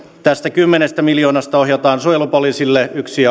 tästä kymmenestä miljoonasta ohjataan suojelupoliisille yksi